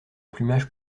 plumage